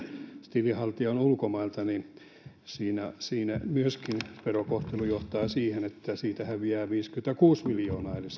tilin haltija on ulkomailta siinä siinä myöskin verokohtelu johtaa siihen että siitä häviää viisikymmentäkuusi miljoonaa eli